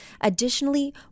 Additionally